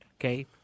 Okay